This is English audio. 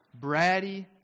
Bratty